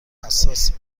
حساسه